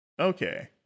Okay